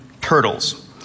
turtles